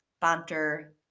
banter